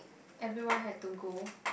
everyone had to go